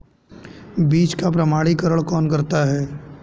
बीज का प्रमाणीकरण कौन करता है?